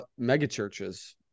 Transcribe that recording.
megachurches